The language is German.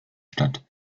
statt